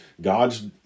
God's